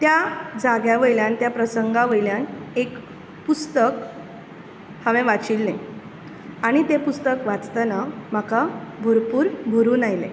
त्या जाग्यावयल्यान त्या प्रसंगा वयल्यान एक पुस्तक हांवें वाचिल्लें आनी तें पुस्तक वाचतनां म्हाका भरपूर भरून आयलें